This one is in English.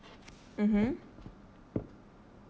mmhmm